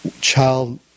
child